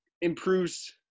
improves